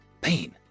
Pain